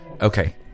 Okay